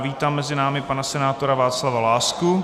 Vítám mezi námi pana senátora Václava Lásku.